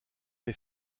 les